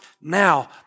now